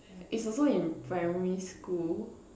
is also in primary school